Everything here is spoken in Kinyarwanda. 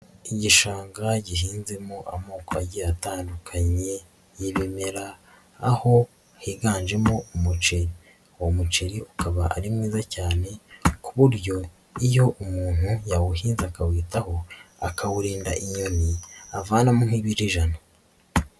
Igishanga gihinzemo amoko agiye atandukanye y'ibimera aho higanjemo umuceri, uwo muceri ukaba ari mwiza cyane ku buryo iyo umuntu yawuhinze akawitaho akawurinda inyoni avanamo nk'ibiro ijana.